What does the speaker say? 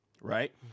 right